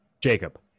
Jacob